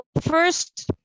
first